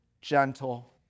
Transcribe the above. gentle